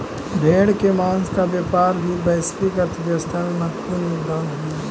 भेड़ के माँस का व्यापार भी वैश्विक अर्थव्यवस्था में महत्त्वपूर्ण योगदान हई